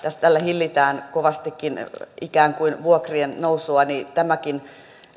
tällä hillitään kovastikin ikään kuin vuokrien nousua niin tämäkin